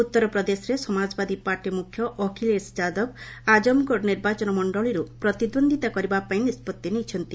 ଉତ୍ତରପ୍ରଦେଶରେ ସମାଜବାଦୀ ପାର୍ଟି ମୁଖ୍ୟ ଅଖିଳେଶ ଯାଦବ ଆଜମଗଡ ନିର୍ବାଚନ ମଣ୍ଡଳୀରୁ ପ୍ରତିଦ୍ୱନ୍ଦ୍ୱିତା କରିବା ପାଇଁ ନିଷ୍ପଭି ନେଇଛନ୍ତି